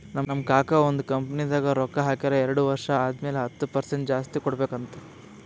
ನಮ್ ಕಾಕಾ ಒಂದ್ ಕಂಪನಿದಾಗ್ ರೊಕ್ಕಾ ಹಾಕ್ಯಾರ್ ಎರಡು ವರ್ಷ ಆದಮ್ಯಾಲ ಹತ್ತ್ ಪರ್ಸೆಂಟ್ ಜಾಸ್ತಿ ಕೊಡ್ಬೇಕ್ ಅಂತ್